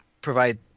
provide